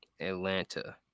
Atlanta